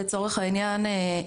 לצורך העניין,